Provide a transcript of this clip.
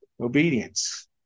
Obedience